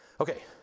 Okay